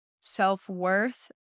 self-worth